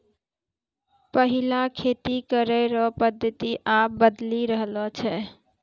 पैहिला खेती करै रो पद्धति आब बदली रहलो छै